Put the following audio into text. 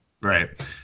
right